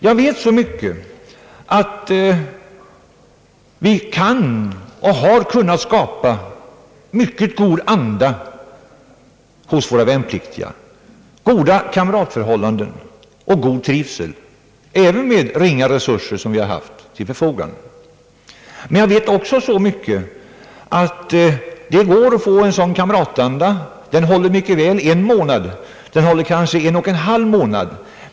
Jag vet så mycket att vi kan och har kunnat skapa en mycket god anda hos våra värnpliktiga, goda kamratförhållanden och god trivsel, även med de ringa resurser som vi haft till förfogande. Jag vet också att denna goda kamratanda kan hålla mycket väl under en månad och kanske till och med under en och en halv månad.